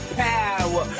power